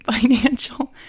financial